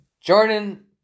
Jordan